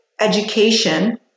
education